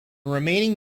remaining